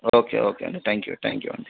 okay okay అండి thank you thank you అండి